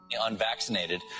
unvaccinated